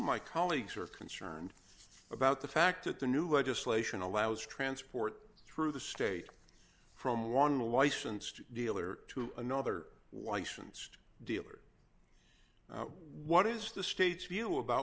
my colleagues are concerned about the fact that the new legislation allows transport through the state from one licensed dealer to another licensed dealer what is the state's view about